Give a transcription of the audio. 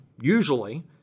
usually